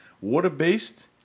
water-based